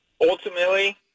Ultimately